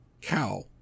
cow